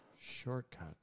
Shortcuts